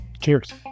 Cheers